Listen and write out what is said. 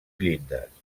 llindes